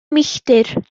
milltir